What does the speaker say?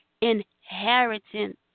inheritance